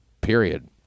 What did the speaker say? period